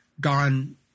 gone